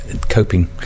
coping